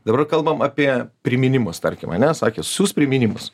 dabar kalbam apie priminimus tarkim ane sakė siųs priminimus